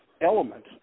element